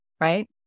right